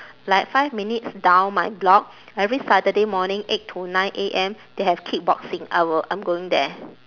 like five minutes down my block every saturday morning eight to nine A_M they have kickboxing I will I'm going there